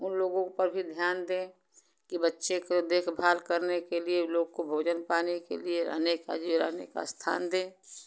उन लोगों पर भी ध्यान दें कि बच्चे को देखभाल करने के लिए ऊ लोग को भोजन पानी के लिए रहने का रहने का स्थान दें